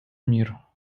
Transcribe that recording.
мир